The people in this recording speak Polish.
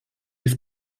jest